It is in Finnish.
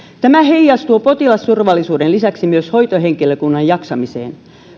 tämä heijastuu potilasturvallisuuden lisäksi myös hoitohenkilökunnan jaksamiseen